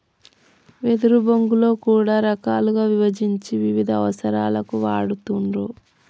వెదురు బొంగులో కూడా రకాలుగా విభజించి వివిధ అవసరాలకు వాడుతూండ్లు